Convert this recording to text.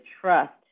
trust